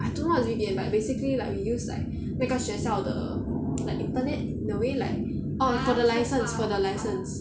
I don't know what's a V_P_N but basically we use like 那个学校的 like internet in a way like for the licence for the licence